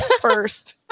first